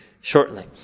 shortly